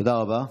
תודה רבה.